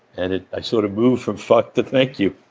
and i sort of move from fucked to thank you.